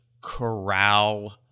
corral